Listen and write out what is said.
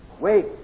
wait